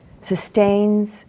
sustains